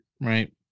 right